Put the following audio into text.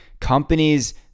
companies